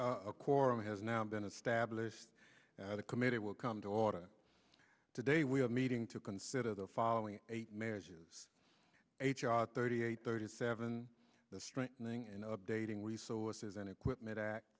a quorum has now been established that a committee will come to order today we have a meeting to consider the following eight marriages h r thirty eight thirty seven the strengthening and updating resources and equipment act